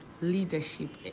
leadership